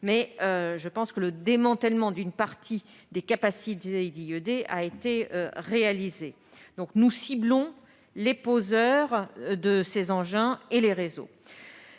n'y reviendrai pas. Le démantèlement d'une partie des capacités d'IED a été réalisé. Nous ciblons les poseurs de ces engins et les réseaux.